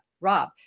Rob